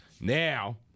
Now